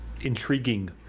intriguing